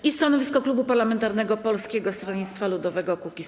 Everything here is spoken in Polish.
I stanowisko klubu parlamentarnego Polskiego Stronnictwa Ludowego - Kukiz15.